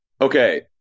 Okay